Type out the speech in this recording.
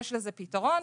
יש לזה פתרון.